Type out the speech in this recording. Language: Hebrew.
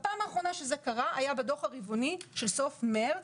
בפעם האחרונה זה פורסם בדוח הרבעוני של סוף חודש מרץ,